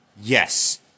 Yes